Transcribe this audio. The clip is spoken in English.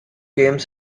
came